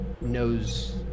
knows